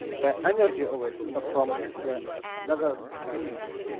the energy of it ah from another dimension?